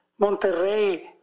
Monterrey